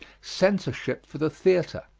censorship for the theatre.